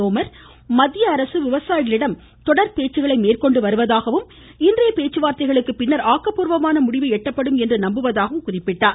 தோமர் மத்திய அரசு விவசாயிகளிடம் தொடர் பேச்சுகளை மேற்கொண்டு வருவதாகவும் இன்றைய பேச்சுவார்தைக்கு பின்னர் ஆக்கப்பூர்வமான முடிவு எட்டப்படும் என்று நம்புவதாகவும் குறிப்பிட்டார்